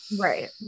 right